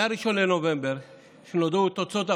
מ-1 בנובמבר, כשנודעו תוצאות הבחירות,